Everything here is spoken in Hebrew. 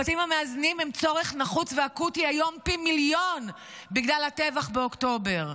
הבתים המאזנים הם צורך נחוץ ואקוטי היום פי מיליון בגלל הטבח באוקטובר,